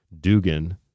Dugan